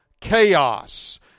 chaos